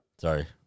sorry